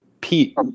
Pete